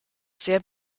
sehr